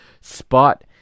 spot